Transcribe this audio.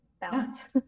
balance